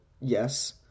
yes